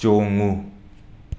ꯆꯣꯡꯉꯨ